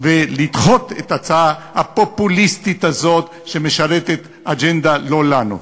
ולדחות את ההצעה הפופוליסטית הזאת שמשרתת אג'נדה לא לנו.